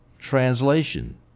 translation